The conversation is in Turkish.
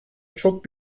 çok